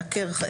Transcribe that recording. עקר,